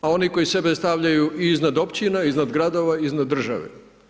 A oni koji sebe stavljaju i iznad općina, iznad gradova, iznad države.